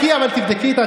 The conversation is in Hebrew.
אני הראיתי לו את